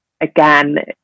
again